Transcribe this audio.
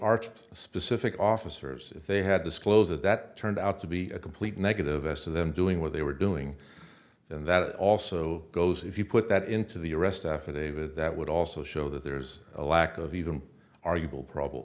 arch specific officers they had disclosed that that turned out to be a complete negative as to them doing what they were doing and that it also goes if you put that into the arrest affidavit that would also show that there's a lack of even are you bill probable